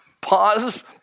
Pause